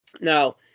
Now